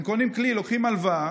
הם קונים כלי, לוקחים הלוואה,